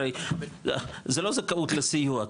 הרי זה לא זכאות לסיוע,